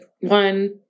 one